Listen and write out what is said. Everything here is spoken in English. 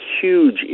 huge